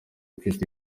afite